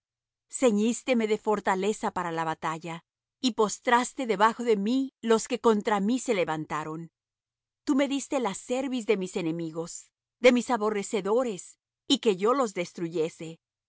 pies ceñísteme de fortaleza para la batalla y postraste debajo de mí los que contra mí se levantaron tú me diste la cerviz de mis enemigos de mis aborrecedores y que yo los destruyese